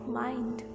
mind